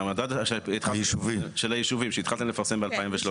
של הישובים שהתחלתם לפרסם ב-2013.